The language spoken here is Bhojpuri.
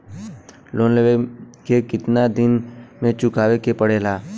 लोन लेवे के कितना दिन मे चुकावे के पड़ेला?